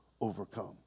overcome